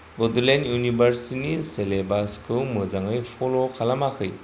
बड'लेण्ड इउनिभार्सिटिनि सिलेबासखौ मोजाङै फल' खालामाखै